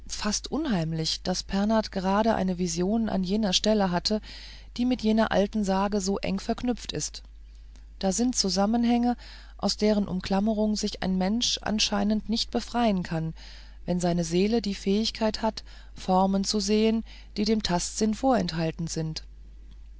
fast unheimlich daß pernath gerade eine vision an jener stelle hatte die mit einer uralten sage so eng verknüpft ist da sind zusammenhänge aus deren umklammerung sich ein mensch anscheinend nicht befreien kann wenn seine seele die fähigkeit hat formen zu sehen die dem tastsinn vorenthalten sind